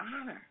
Honor